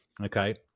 okay